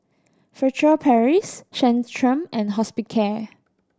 Furtere Paris Centrum and Hospicare